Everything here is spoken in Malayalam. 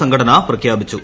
സംഘടന പ്രഖ്യാപിച്ചു